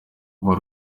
kuba